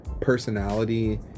Personality